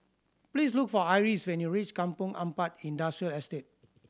please look for Iris when you reach Kampong Ampat Industrial Estate